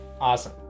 Awesome